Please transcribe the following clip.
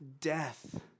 death